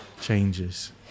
changes